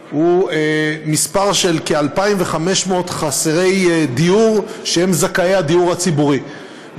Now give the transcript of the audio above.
הוא כ-2,500 חסרי דיור שהם זכאי הדיור הציבורי.